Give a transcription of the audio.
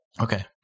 Okay